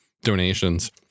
Donations